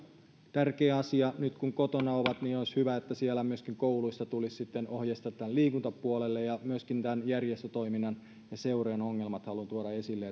tärkeä asia nyt kun lapset kotona ovat olisi hyvä että myöskin kouluista tulisi sitten ohjeistusta tähän liikuntapuolelle ja myöskin järjestötoiminnan ja seurojen ongelmat haluan tuoda esille